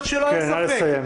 שלא יהיה ספק,